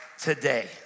today